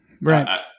Right